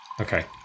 Okay